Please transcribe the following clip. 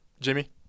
jimmy